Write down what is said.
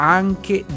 anche